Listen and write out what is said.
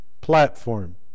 platform